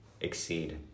exceed